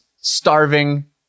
starving